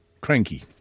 cranky